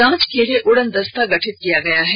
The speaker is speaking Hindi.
जांच के लिए उड़नदस्ता गठित किया गया है